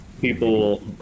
People